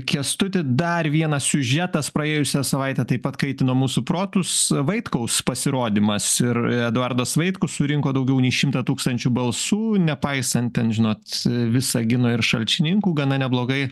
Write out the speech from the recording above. kęstuti dar vienas siužetas praėjusią savaitę taip pat kaitino mūsų protus vaitkaus pasirodymas ir eduardas vaitkus surinko daugiau nei šimtą tūkstančių balsų nepaisant ten žinot visagino ir šalčininkų gana neblogai